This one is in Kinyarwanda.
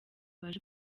baje